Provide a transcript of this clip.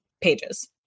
pages